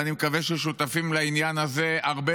ואני מקווה ששותפים לעניין הזה הרבה